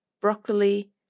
broccoli